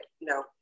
no